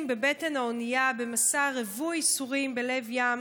בבטן האונייה במסע רווי ייסורים בלב ים,